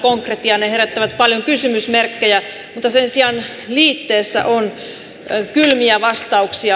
ne herättävät paljon kysymysmerkkejä mutta sen sijaan liitteessä on kylmiä vastauksia